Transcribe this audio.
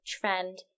trend